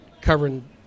covering –